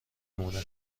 مونه